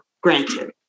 granted